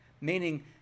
meaning